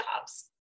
jobs